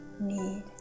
need